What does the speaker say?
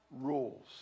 rules